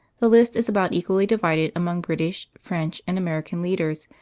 the list is about equally divided among british, french, and american leaders,